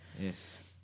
yes